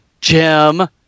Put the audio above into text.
Jim